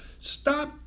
Stop